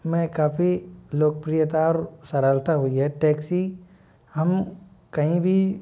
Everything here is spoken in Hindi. में काफ़ी लोकप्रियता और सरलता हुई है टैक्सी हम कहीं भी